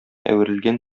әверелгән